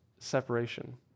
separation